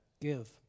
Give